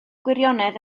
gwirionedd